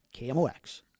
KMOX